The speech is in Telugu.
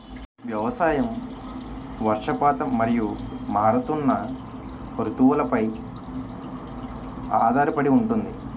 వ్యవసాయం వర్షపాతం మరియు మారుతున్న రుతువులపై ఆధారపడి ఉంటుంది